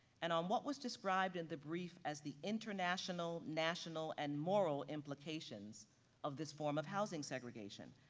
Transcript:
and on what was described in the brief as the international, national and moral implications of this form of housing segregation.